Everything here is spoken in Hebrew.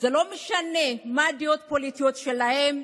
לא משנה מה הדעות הפוליטיות שלהם,